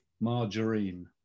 margarine